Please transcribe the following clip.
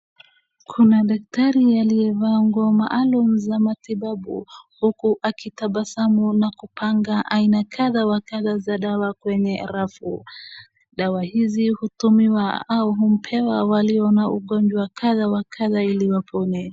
Kuna daktari aliyevaa nguo maalum za matibabu huku akitabasamu na kupanga aina kadha wa kadha za dawa kwenye arafu. Dawa hizi hutumiwa au humpewa walio na ugonjwa kadha wa kadha ili wapone.